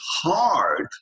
hard